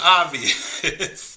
obvious